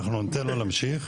אנחנו ניתן לו להמשיך.